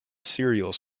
cereals